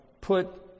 put